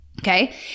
okay